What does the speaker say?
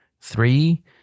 three